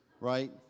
right